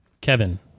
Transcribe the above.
Kevin